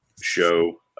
show